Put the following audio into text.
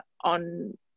on